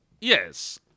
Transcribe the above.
yes